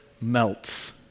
melts